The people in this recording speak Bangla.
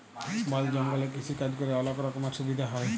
বল জঙ্গলে কৃষিকাজ ক্যরে অলক রকমের সুবিধা হ্যয়